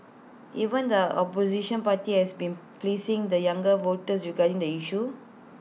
even the opposition party has been pleasing the younger voters regarding the issue